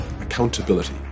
accountability